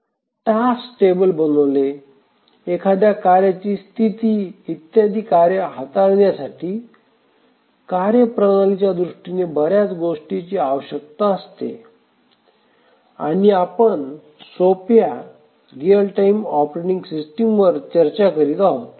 task table बनविणे एखाद्या कार्याची स्थिती इत्यादी कार्य हाताळण्यासाठी कार्यप्रणालीच्या दृष्टीने बर्याच गोष्टींची आवश्यकता असते आणि आपण सोप्या रीअल टाइम ऑपरेटिंग सिस्टमवर चर्चा करीत आहोत